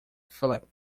philip